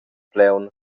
plaun